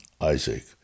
Isaac